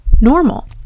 Normal